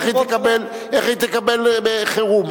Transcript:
איך היא תקבל חירום?